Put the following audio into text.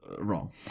Wrong